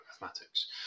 mathematics